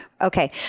Okay